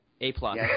A-plus